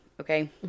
Okay